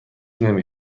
نمی